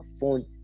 phone